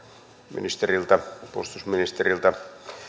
puolustusministeriltä